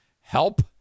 help